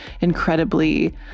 incredibly